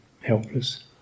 helpless